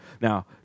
Now